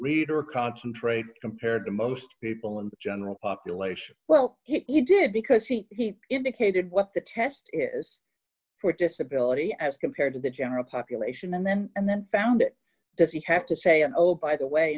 read or concentrate compared to most people in the general population well you did because he indicated what the test is for disability as compared to the general population and then and then found it does he have to say oh by the way